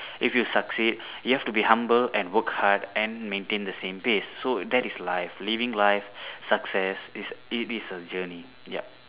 if you succeed you have to be humble and work hard and maintain the same pace so that is life living live success it is a journey yup